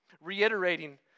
reiterating